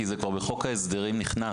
כי זה כבר נכנס לחוק ההסדרים האחרון,